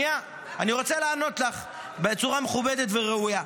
שנייה, אני רוצה לענות לך בצורה מכובדת וראויה.